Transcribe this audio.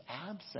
absent